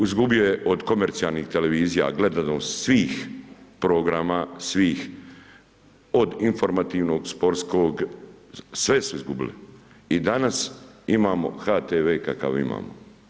Izgubio je od komercijalnih televizija gledanost programa, svih od informativnog, sportskog, sve su izgubili i danas imamo HTV kakav imamo.